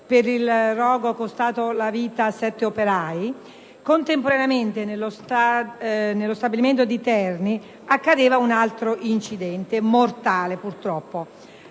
per il rogo costato la vita a sette operai, contemporaneamente nello stabilimento di Terni è accaduto un altro incidente mortale: Diego